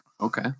Okay